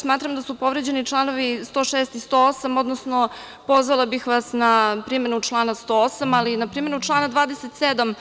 Smatram da su povređeni članovi 106. i 108. odnosno pozvala bih vas na primenu člana 108. ali i na primenu člana 27.